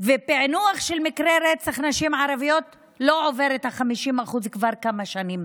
והפיענוח של מקרי רצח נשים ערביות לא עובר את ה-50% כבר כמה שנים.